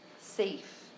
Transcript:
safe